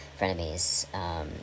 Frenemies